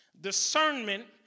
discernment